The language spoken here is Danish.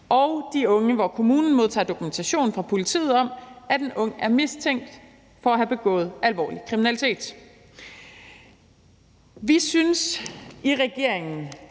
og de unge, hvor kommunen modtager dokumentation fra politiet om, at de er mistænkt for at have begået alvorlig kriminalitet. Vi synes i regeringen